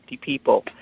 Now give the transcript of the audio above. people